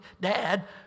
dad